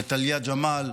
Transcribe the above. לטליה ג'מאל,